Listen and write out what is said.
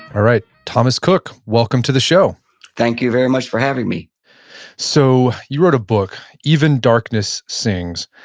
all right, thomas cook, welcome to the show thank you very much for having me so you wrote a book, even darkness sings.